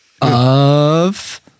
Of-